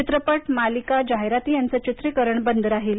चित्रपट मालिका जाहिराती यांचे चित्रीकरण बंद राहील